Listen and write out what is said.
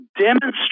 demonstrate